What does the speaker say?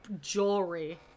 Jewelry